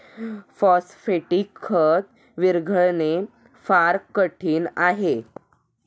phosphatic खत विरघळणे फार कठीण आहे